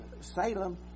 Salem